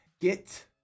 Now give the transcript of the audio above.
Get